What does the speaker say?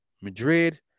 Madrid